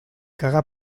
cagar